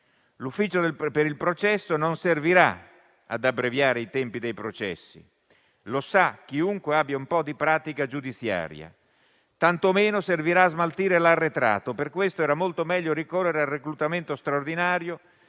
L'ufficio del processo non servirà ad abbreviare i tempi dei processi; lo sa chiunque abbia un po' di pratica giudiziaria. Tanto meno servirà a smaltire l'arretrato; per questo era molto meglio ricorrere al reclutamento straordinario